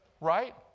right